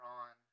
on